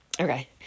Okay